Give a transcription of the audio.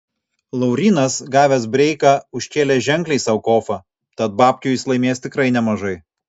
laurynas gavęs breiką užkėlė ženkliai sau kofą tad babkių jis laimės tikrai nemažai